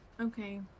okay